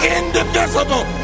indivisible